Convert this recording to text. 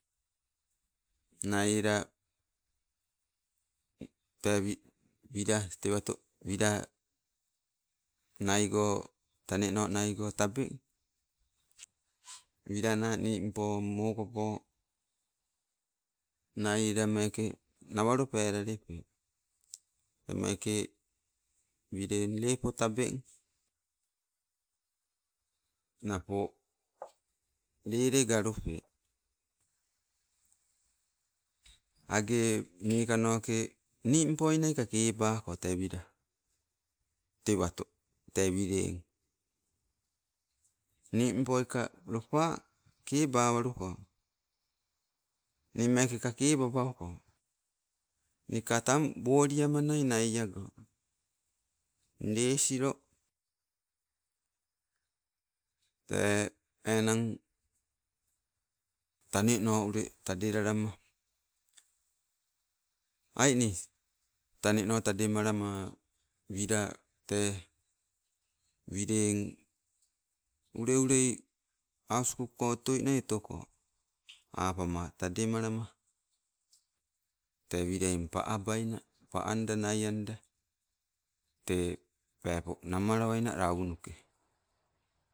Nai ela tee wi- wila tewato, wila naigo taneno naigo tabeng wilana nimpo mokopo nai ela meke nawalo pelalepe. Tee meeke wileng lepo tabeng. Napo lele galupe, agee nikanoke, nimpoi nai ka kebako tee wila tewato tee wileng. Nimpoi ka lep kebawaluko, nimmeke ka kebabaluko, nika tang woli amanai nai ago. Nii lesilo tee enang, taneno ule tadelalama, ai nii taneno tademalama wila tee wileng ule ulei auskuk ko otoi nai otoko. Apama tademalama tee wileng pa abaina, pa anda naianda, te pepo namalawaina lanuke.